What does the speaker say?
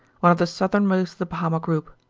one of the southernmost of the bahama group.